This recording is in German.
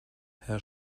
herr